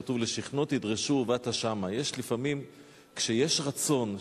כתוב: "לשכנו תדרשו ובאת שמה" כשיש רצון,